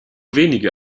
wenige